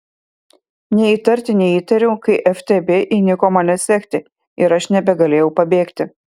nė įtarti neįtariau kai ftb įniko mane sekti ir aš nebegalėjau pabėgti